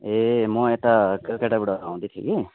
ए म यता कलकत्ताबाट आउँदै थिएँ कि